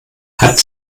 hat